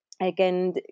Again